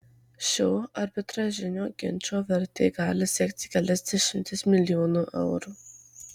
šio arbitražinio ginčo vertė gali siekti kelias dešimtis milijonų eurų